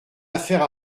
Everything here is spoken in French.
affaire